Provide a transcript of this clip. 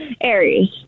Aries